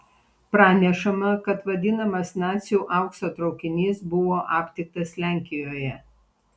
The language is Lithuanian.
pranešama kad vadinamas nacių aukso traukinys buvo aptiktas lenkijoje